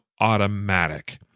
automatic